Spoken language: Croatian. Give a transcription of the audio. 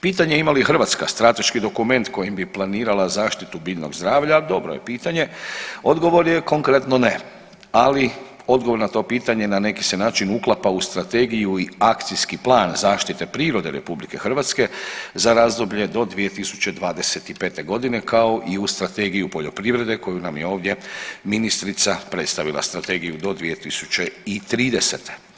Pitanje ima li Hrvatska strateški dokument kojim bi planirala zaštitu biljnog zdravlja, dobro je pitanje, odgovor je konkretno ne, ali odgovor na to pitanje na neki se način uklapa u Strategiju i Akcijski plan zaštite prirode RH za razdoblje do 2025. godine kao i u Strategiju poljoprivrede koju nam je ovdje ministrica predstavila, Strategiju do 2030.